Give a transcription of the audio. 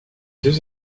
deux